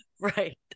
Right